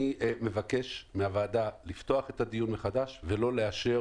אני במקש מהוועדה לפתוח את הדיון מחדש ולא לאשר